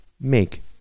make